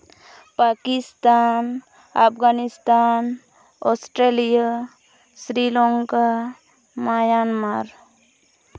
Pakistan Afghanistan Australia Sri Lanka Myanmar